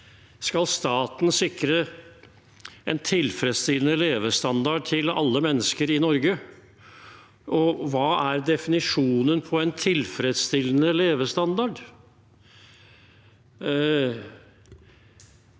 Skal staten sikre en tilfredsstillende levestandard til alle mennesker i Norge? Og hva er definisjonen på en tilfredsstillende levestandard?